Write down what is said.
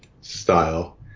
style